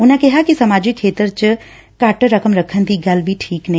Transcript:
ਉਨੂਾ ਕਿਹਾ ਕਿ ਸਮਾਜਿਕ ਖੇਤਰ ਚ ਘੱਟ ਰਕਮ ਰੱਖਣ ਦੀ ਗੱਲ ਵੀ ਠੀਕ ਨਹੀਂ